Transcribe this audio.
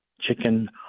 chicken